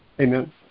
Amen